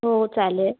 हो चालेल